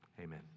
Amen